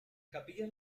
capillas